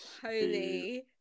Holy